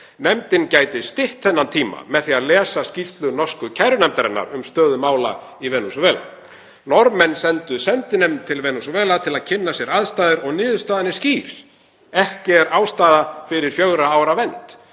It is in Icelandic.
Nefndin gæti stytt þennan tíma með því að lesa skýrslu norsku kærunefndarinnar um stöðu mála í Venesúela. Norðmenn sendu sendinefnd til Venesúela til að kynna sér aðstæður og niðurstaðan er skýr: Ekki er ástæða fyrir fjögurra ára vernd.